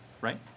right